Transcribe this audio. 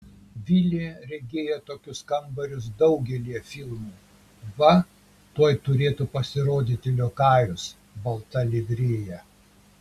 vilė regėjo tokius kambarius daugelyje filmų va tuoj turėtų pasirodyti liokajus balta livrėja